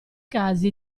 casi